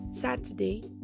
Saturday